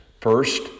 First